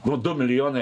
nu du milijonai